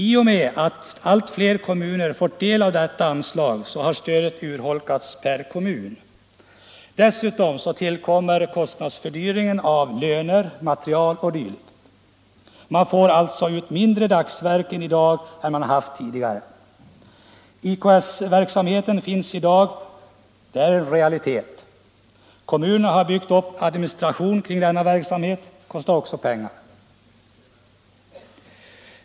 I och med att allt flera kommuner fått del av detta anslag har stödet per kommun urholkats. Därtill kommer kostnadsfördyringen för löner, materiel o. d. Man får alltså ut mindre dagsverken i dag än tidigare. IKS-verksamheten finns i dag — den är en realitet. Kommunerna har byggt en administration kring denna verksamhet. Den kostar också pengar.